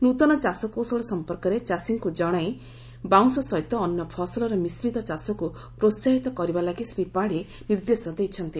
ନୃତନ ଚାଷ କୌଶଳ ସଂପର୍କରେ ଚାଷୀଙ୍କୁ ଜଶାଇ ବାଉଁଶ ସହିତ ଅନ୍ୟ ଫସଲର ମିଶ୍ରିତ ଚାଷକୁ ପ୍ରୋସାହିତ କରିବା ଲାଗି ଶ୍ରୀ ପାତ୍ନୀ ନିର୍ଦ୍ଦେଶ ଦେଇଛନ୍ତି